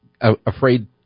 afraid